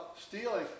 stealing